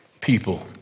people